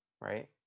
right